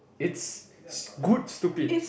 it's good stupid